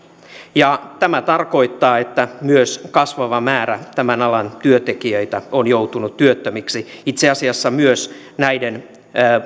tämä tarkoittaa myös että kasvava määrä tämän alan työntekijöitä on joutunut työttömiksi itse asiassa myös näiden